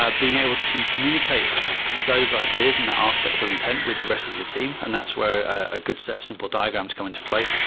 ah being able to communicate those ideas and their architectural intent with the rest of your team, and that's where a good set of simple diagrams come into play.